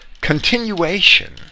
continuation